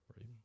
Right